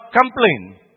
complain